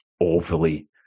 overly